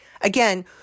Again